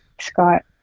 Scott